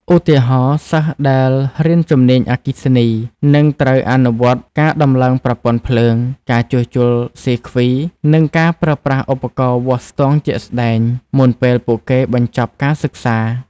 ឧទាហរណ៍ សិស្សដែលរៀនជំនាញអគ្គិសនី នឹងត្រូវអនុវត្តការតំឡើងប្រព័ន្ធភ្លើង ការជួសជុលសៀគ្វី និងការប្រើប្រាស់ឧបករណ៍វាស់ស្ទង់ជាក់ស្តែង មុនពេលពួកគេបញ្ចប់ការសិក្សា។